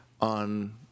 On